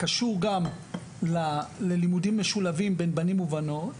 קשור גם ללימודים משולבים בין בנים ובנות,